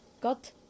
got